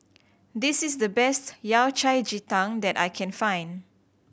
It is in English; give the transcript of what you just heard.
this is the best Yao Cai ji tang that I can find